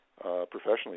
professionally